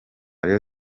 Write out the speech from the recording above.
rayon